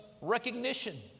recognition